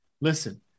Listen